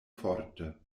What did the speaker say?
forte